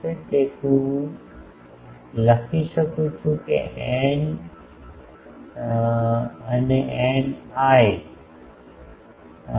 તેથી હું લખી શકું છું η એ ηi છે